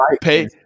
pay